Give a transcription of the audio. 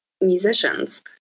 musicians